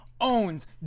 owns